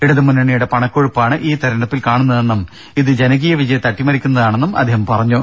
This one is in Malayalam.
ഇടത് മുന്നണിയുടെ പണക്കൊഴുപ്പാണ് ഈ തെരഞ്ഞെടുപ്പിൽ കാണുന്നതെന്നും ഇത് ജനകീയ വിജയത്തെ അട്ടിമറിക്കുന്നതാണെന്നും അദ്ദേഹം പറഞ്ഞു